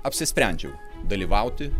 apsisprendžiau dalyvauti